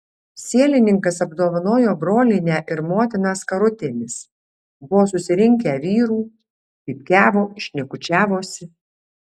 sielininkas apdovanojo brolienę ir motiną skarutėmis buvo susirinkę vyrų pypkiavo šnekučiavosi